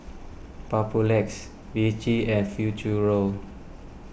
Papulex Vichy and Futuro